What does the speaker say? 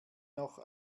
noch